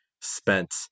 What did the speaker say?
spent